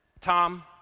Tom